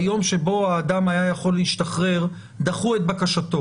שביום שבו האדם היה יכול להשתחרר דחו את בקשתו